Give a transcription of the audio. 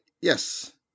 yes